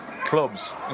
clubs